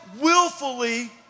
willfully